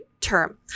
term